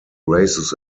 races